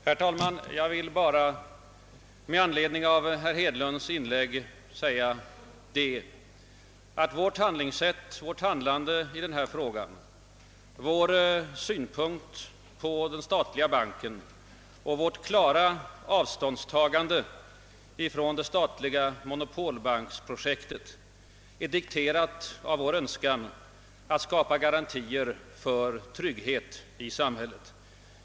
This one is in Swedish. Herr talman! Jag vill bara med anledning av herr Hedlunds inlägg säga att vårt handlande i denna fråga, våra synpunkter på och vårt klara avståndstagande från det statliga monopolbanks projektet har dikterats av vår önskan att skapa garantier för trygghet i samhället.